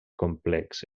complex